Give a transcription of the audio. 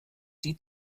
die